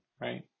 right